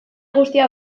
guztia